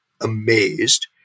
amazed